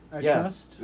Yes